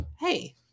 hey